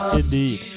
indeed